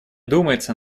думается